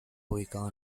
ubicado